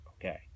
okay